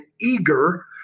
eager